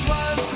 one